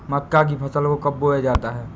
मक्का की फसल को कब बोया जाता है?